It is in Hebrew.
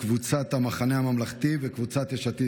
קבוצת המחנה הממלכתי וקבוצת יש עתיד.